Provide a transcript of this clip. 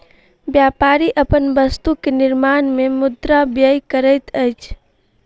व्यापारी अपन वस्तु के निर्माण में मुद्रा व्यय करैत अछि